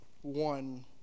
one